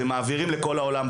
ומעבירים לכל העולם,